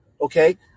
Okay